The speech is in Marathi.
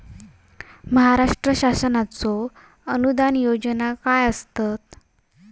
महाराष्ट्र शासनाचो अनुदान योजना काय आसत?